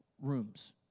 rooms